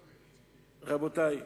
רבותי,